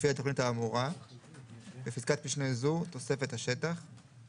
לפי התכנית האמורה (בפסקת משנה זו, תוספת השטח);